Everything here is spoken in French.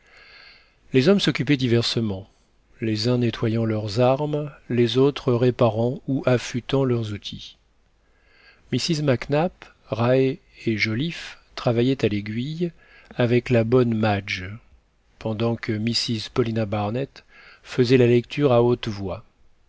les hommes s'occupaient diversement les uns nettoyant leurs armes les autres réparant ou affûtant leurs outils mrs mac nap raë et joliffe travaillaient à l'aiguille avec la bonne madge pendant que mrs paulina barnett faisait la lecture à haute voix